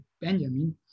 benjamin